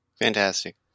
Fantastic